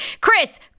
Chris